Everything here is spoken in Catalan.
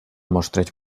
mostreig